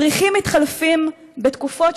מדריכים מתחלפים בתקופות,